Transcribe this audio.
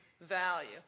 value